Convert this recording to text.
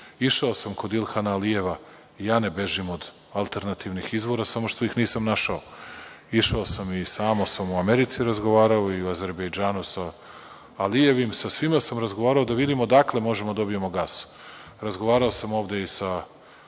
sam kod Ilhana Alijeva. Ja ne bežim od alternativnih izvora, samo što ih nisam našao. Išao sam i sa Amosom u Americi razgovarao i u Azerbejdžanu sa Alijevim. Sa svima sam razgovarao da vidimo odakle možemo da dobijemo gas. Razgovarao sam ovde i sa,